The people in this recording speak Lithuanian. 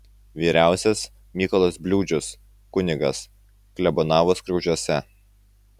vyriausias mykolas bliūdžius kunigas klebonavo skriaudžiuose